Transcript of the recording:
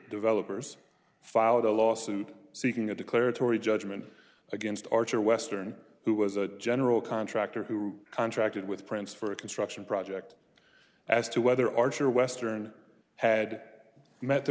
developers filed a lawsuit seeking a declaratory judgment against archer western who was a general contractor who contracted with prince for a construction project as to whether archer western had met the